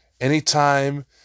Anytime